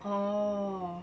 oh